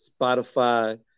Spotify